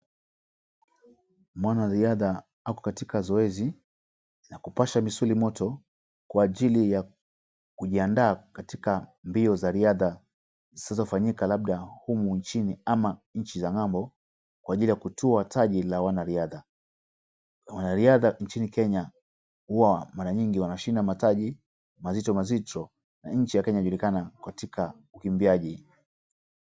Mwanariadha ako katika zoezi ya kupasha misuli moto kwa ajili ya kujiandaa katika mbio za riadha, zilizofanyika labda humu nchini ama nchi za ng'ambo kwa ajili ya kutua taji la wanariadha na wanariadha nchini kenya huwa mara nyingi wanashinda mataji mazito mazito na nchi ya Kenya inajulikana katika ukimbiaji.